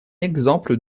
exemple